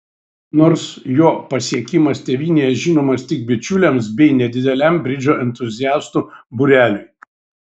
nors jo pasiekimas tėvynėje žinomas tik bičiuliams bei nedideliam bridžo entuziastų būreliui